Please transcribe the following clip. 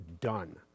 done